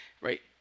right